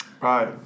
Right